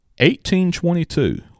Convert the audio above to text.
1822